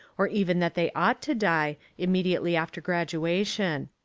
or even that they ought to die, immediately after graduation.